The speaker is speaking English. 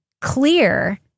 clear